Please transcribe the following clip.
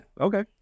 Okay